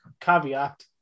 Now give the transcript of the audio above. caveat